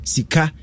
Sika